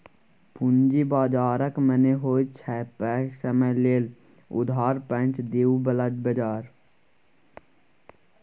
पूंजी बाजारक मने होइत छै पैघ समय लेल उधार पैंच दिअ बला बजार